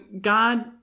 God